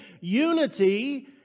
unity